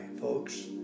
folks